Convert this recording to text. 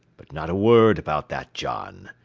but not a word about that, john.